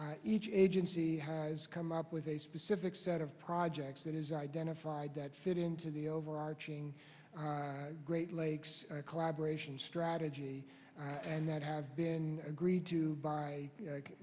can each agency has come up with a specific set of projects that is identified that fit into the overarching great lakes collaboration strategy and that have been agreed to by